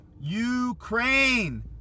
Ukraine